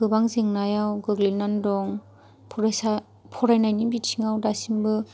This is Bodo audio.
गोबां जेंनायाव गोग्लैनानै दं फरायसा फरायनायनि बिथिङाव दासिमबो